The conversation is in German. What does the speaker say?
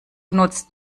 nutzt